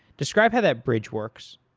describe how that bridge works.